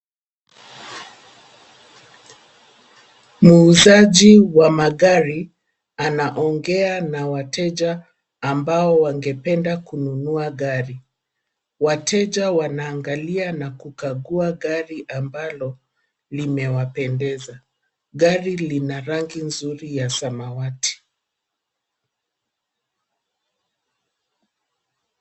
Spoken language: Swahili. Muuzaji wa magari anaongea na wateja ambao wangependa kununua gari. Wateja wanaangalia na kukagua gari ambalo limewapendeza. Gari lina rangi nzuri ya samawati.